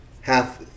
half